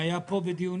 הם היו פה דיונים.